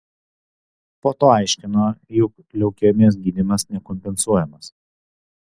po to aiškino jog leukemijos gydymas nekompensuojamas